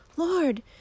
Lord